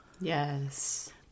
Yes